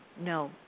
No